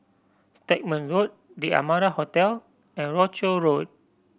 Stagmont Road The Amara Hotel and Rochor Road